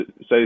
say